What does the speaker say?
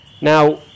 Now